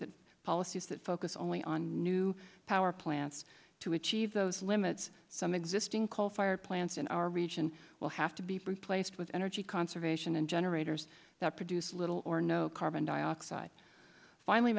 that policies that focus only on new power plants to achieve those limits some existing coal fired plants in our region will have to be placed with energy conservation and generators that produce little or no carbon dioxide finally